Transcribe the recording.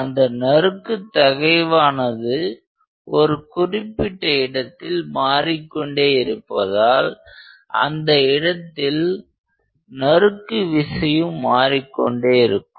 அந்த நறுக்கு தகைவானது ஒரு குறிப்பிட்ட இடத்தில் மாறிக்கொண்டே இருப்பதால் அந்த இடத்தில் நறுக்கு விசையும் மாறிக்கொண்டே இருக்கும்